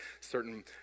certain